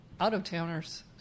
out-of-towners